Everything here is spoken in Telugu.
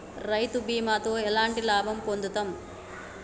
రైతు బీమాతో ఎట్లాంటి లాభం పొందుతం?